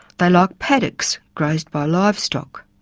they like paddocks grazed by livestock.